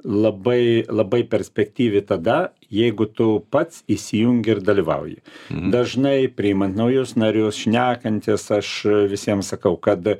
labai labai perspektyvi tada jeigu tu pats įsijungi ir dalyvauji dažnai priimant naujus narius šnekantis aš visiems sakau kad